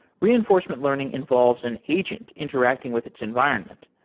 reinforcement learning involves an agent interacting with its environment.